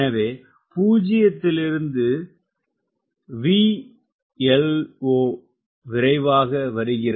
எனவே பூஜ்ஜியத்திலிருந்து VLO விரைவாக வருகிறது